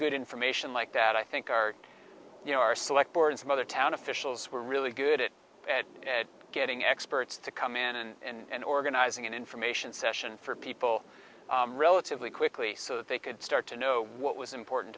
good information like that i think our you know our select board some other town officials were really good it getting experts to come in and organizing an information session for people relatively quickly so that they could start to know what was important